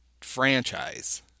franchise